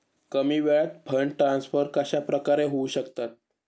कमी वेळात fund transfer कशाप्रकारे होऊ शकतात?